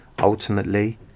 Ultimately